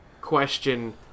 question